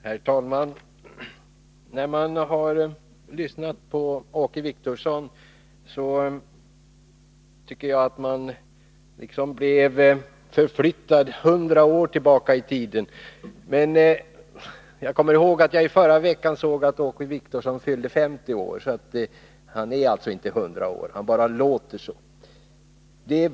Herr talman! När man lyssnade till Åke Wictorsson kändes det som om man blivit förflyttad 100 år tillbaka i tiden. Jag kommer ihåg att jag i förra veckan såg att Åke Wictorsson fyllde 50 år — han är alltså inte 100 år; han bara låter så.